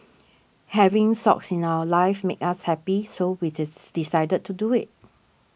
having Socks in our lives makes us happy so we decided to do it